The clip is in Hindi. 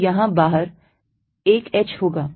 तो यहां बाहर 1 h होगा